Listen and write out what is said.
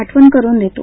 आठवण करून देतो